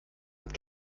mit